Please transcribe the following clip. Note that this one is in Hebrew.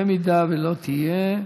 אם לא תהיה,